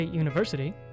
university